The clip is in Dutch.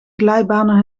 glijbanen